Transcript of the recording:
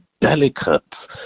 delicate